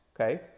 okay